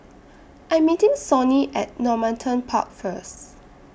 I Am meeting Sonny At Normanton Park First